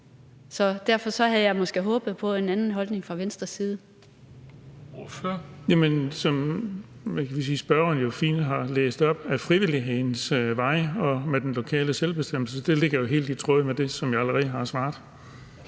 derfor havde jeg måske håbet på en anden holdning fra Venstres side.